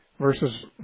Verses